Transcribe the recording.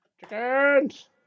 Chickens